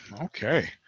Okay